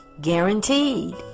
guaranteed